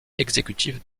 exécutif